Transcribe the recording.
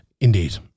indeed